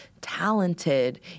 talented